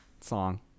song